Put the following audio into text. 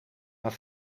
maar